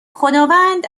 خداوند